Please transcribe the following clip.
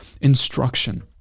instruction